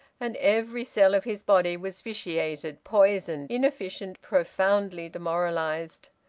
and every cell of his body was vitiated, poisoned, inefficient, profoundly demoralised.